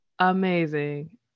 Amazing